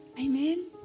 Amen